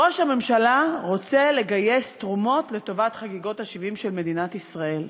ראש הממשלה רוצה לגייס תרומות לטובת חגיגות ה-70 של מדינת ישראל.